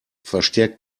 verstärkt